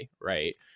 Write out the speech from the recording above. Right